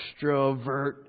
extrovert